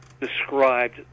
described